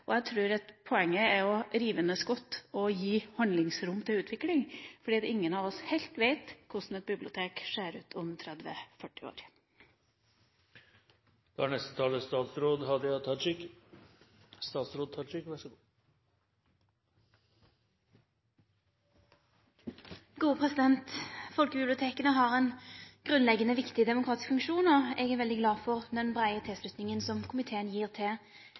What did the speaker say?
og jeg tror at poenget er å rive ned skott og gi handlingsrom til utvikling – for ingen av oss vet helt hvordan et bibliotek ser ut om 30–40 år. Folkebiblioteka har ein grunnleggande viktig demokratisk funksjon, og eg er veldig glad for den breie tilslutninga som komiteen gir til